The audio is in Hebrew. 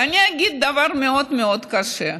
ואני אגיד דבר מאוד מאוד קשה: